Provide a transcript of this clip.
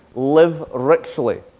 live richly,